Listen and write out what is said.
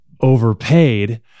Overpaid